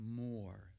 more